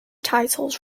titles